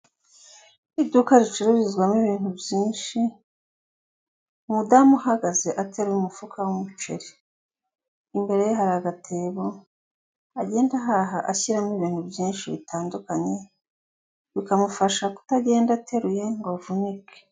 Iduka ricururizwamo ibintu byinshi umudamu uhagaze atari mu umufuka w'umuceri imbere ye hari agatebo agenda ahaha ashyiramo ibintu byinshi bitandukanye bikamufasha kutagenda ateruye ngo avunike.